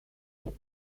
doen